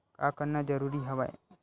का करना जरूरी हवय?